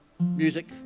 music